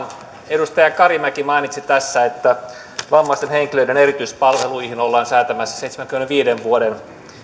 edustaja karimäki mainitsi tässä että vammaisten henkilöiden erityispalveluihin ollaan säätämässä seitsemänkymmenenviiden vuoden